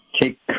take